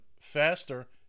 faster